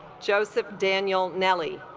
joseph daniel nelly